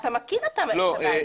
אתה מכיר את זה, נכון?